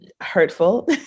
hurtful